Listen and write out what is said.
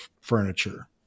furniture